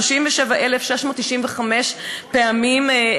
37,695 פניות,